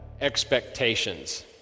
expectations